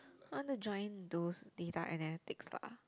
want to join those data analytics lah